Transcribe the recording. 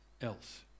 else